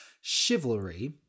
Chivalry